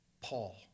Paul